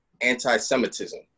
anti-Semitism